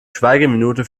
schweigeminute